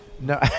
No